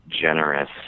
generous